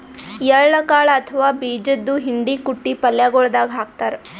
ಎಳ್ಳ ಕಾಳ್ ಅಥವಾ ಬೀಜದ್ದು ಹಿಂಡಿ ಕುಟ್ಟಿ ಪಲ್ಯಗೊಳ್ ದಾಗ್ ಹಾಕ್ತಾರ್